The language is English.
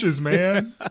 man